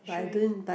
should we